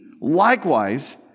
likewise